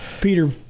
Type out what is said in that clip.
Peter